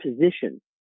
position